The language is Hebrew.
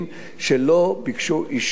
ולא ביקשו אישור לכך.